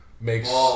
makes